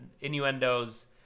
innuendos